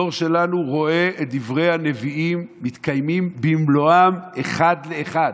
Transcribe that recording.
הדור שלנו רואה את דברי הנביאים מתקיימים במלואם אחד לאחד.